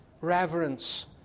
reverence